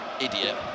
idiot